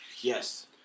Yes